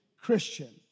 Christian